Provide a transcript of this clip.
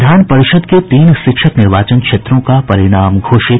विधान परिषद के तीन शिक्षक निर्वाचन क्षेत्रों का परिणाम घोषित